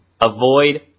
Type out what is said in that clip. avoid